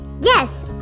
Yes